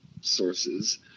sources